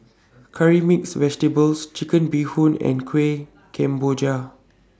Curry Mixed Vegetables Chicken Bee Hoon and Kuih Kemboja